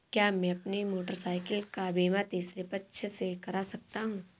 क्या मैं अपनी मोटरसाइकिल का बीमा तीसरे पक्ष से करा सकता हूँ?